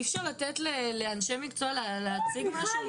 אי אפשר לתת לאנשי מקצוע להציג משהו?